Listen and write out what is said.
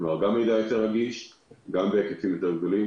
כך שכבר עכשיו יש לנו גם מידע יותר רגיש וגם בהיקפים יותר גדולים,